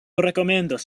rekomendas